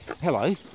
Hello